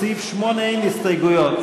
לסעיף 8 אין הסתייגויות.